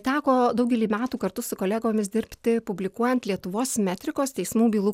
teko daugelį metų kartu su kolegomis dirbti publikuojant lietuvos metrikos teismų bylų